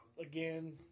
again